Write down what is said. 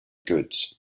goods